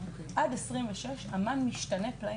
עד 2026 אמ"ן משתנה פלאים.